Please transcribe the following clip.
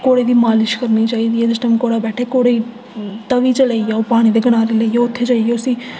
घोड़े दी मालिश करनी चाहिदी जिस टाइम घोड़ा बैठे दा घोड़े गी तवी च लेई आओ पानी दे कनारे लेई आओ उत्थै जाइयै उसी